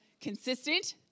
consistent